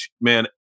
man